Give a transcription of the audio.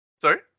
Sorry